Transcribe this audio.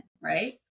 right